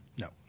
no